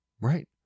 Right